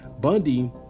Bundy